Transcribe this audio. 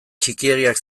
txikiegiak